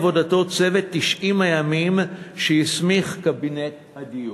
עבודתו צוות 90 הימים שהסמיך קבינט הדיור.